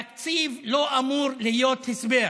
תקציב לא אמור להיות הסבר.